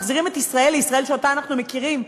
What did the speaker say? מחזירים את ישראל לישראל שאנחנו מכירים.